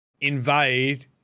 invade